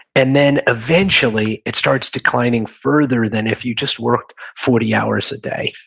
and then, eventually, it starts declining further than if you just worked forty hours a day.